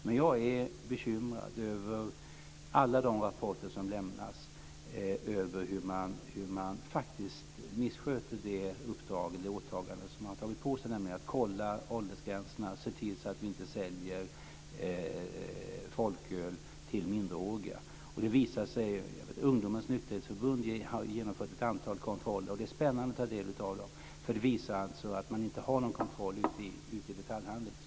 Men jag är bekymrad över alla de rapporter som lämnas över hur man faktiskt missköter det åtagande som man har gjort, nämligen att kolla åldersgränserna och se till att man inte säljer folköl till minderåriga. Ungdomens nykterhetsförbund har genomfört ett antal kontroller. Det är spännande att ta del av dem. De visar att man inte har någon kontroll ute i detaljhandeln.